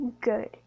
good